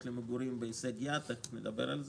למגורים בהישג-יד תיכף נדבר על זה,